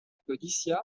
codicia